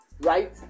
right